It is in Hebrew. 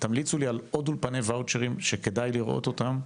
תמליצו לי על עוד אולפני וואוצ'רים שכדאי לראות אותם.